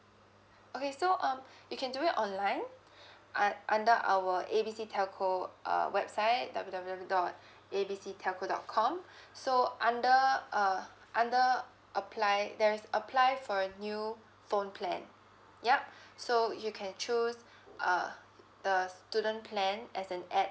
okay so um you can do it online un~ under our A B C telco err website W_W_W dot A B C telco dot com so under uh under apply there is apply for a new phone plan yup so you can choose uh the student plan as an add